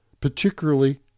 particularly